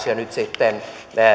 ja nyt sitten